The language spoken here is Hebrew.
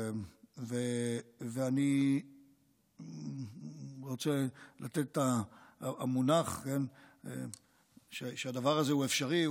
ואני רוצה לתת את המונח שמראה שהדבר הזה הוא אפשרי.